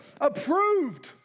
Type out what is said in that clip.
approved